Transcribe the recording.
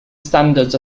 standards